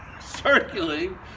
circulating